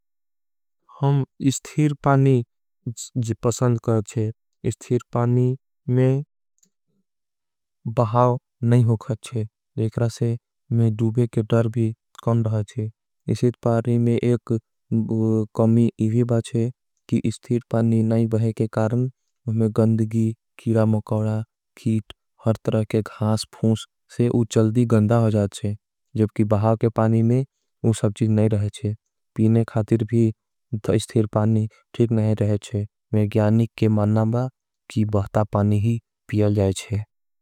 हम इस्ठीर पानी पसंद कर चे इस्ठीर पानी में बहाव नहीं हो कर चे। एकरासे में डूबे के डर भी कम रह चे इसीध पारी में एक कमी इवी। बा चे कि इस्ठीर पानी नहीं बहे के कारण हमें गंदगी किला मोकवडा। कीट हर तरह के घास फोंस से वो जल्दी ग तो इस्ठीर पानी ठीक। नहीं रह चे में ग्यानिक के मानना बाग की बहुता पानी ही पियल जाएचे।